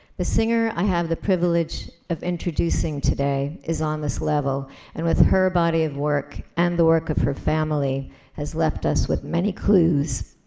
the singer that i have the privilege of introducing today is on this level and with her body of work and the work of her family has left us with many clues,